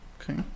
Okay